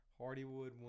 Hardywood